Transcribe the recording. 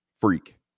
freak